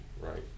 right